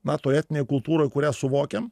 na toj etninėj kultūroj kurią suvokiam